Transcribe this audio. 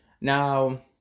Now